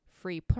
free